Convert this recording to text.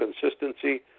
consistency